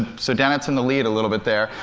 so dennett's in the lead a little bit there.